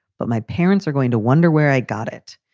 but my parents are going to wonder where i got it.